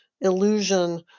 illusion